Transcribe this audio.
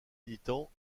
militants